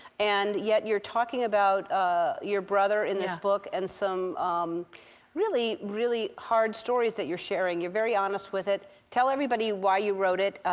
and yet, you're talking about your brother in this book. and some um really, really hard stories that you're sharing. you're very honest with it. tell everybody why you wrote it,